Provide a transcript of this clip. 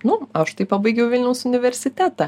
nu aš tai pabaigiau vilniaus universitetą